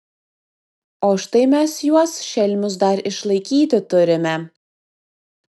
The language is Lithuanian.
o štai mes juos šelmius dar išlaikyti turime